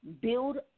build